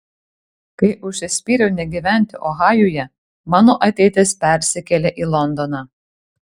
kai užsispyriau negyventi ohajuje mano ateitis persikėlė į londoną